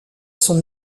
sont